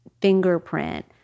fingerprint